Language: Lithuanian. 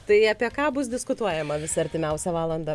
tai apie ką bus diskutuojama visą artimiausią valandą